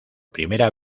primera